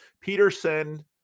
Peterson